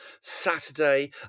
saturday